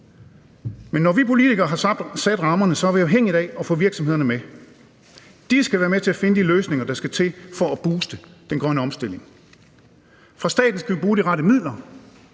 Men når vi politikere har sat rammerne, så er vi afhængige af at få virksomhederne med. De skal være med til at finde de løsninger, der skal til for at booste den grønne omstilling. Fra staten skal vi bruge de rette midler.